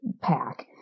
pack